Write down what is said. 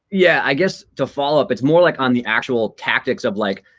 yeah. i guess to follow up, it's more like on the actual tactics of like,